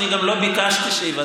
אני גם לא ביקשתי שיוותרו,